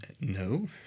No